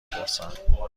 میپرسم